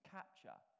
Capture